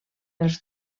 els